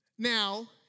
Now